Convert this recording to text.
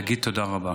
להגיד תודה רבה.